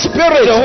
Spirit